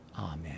Amen